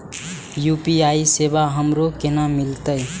UPI सेवा हमरो केना मिलते?